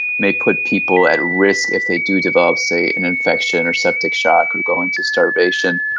may put people at risk if they do develop, say, an infection or septic shock or go into starvation,